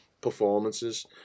performances